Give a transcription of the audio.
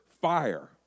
fire